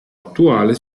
attuale